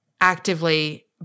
actively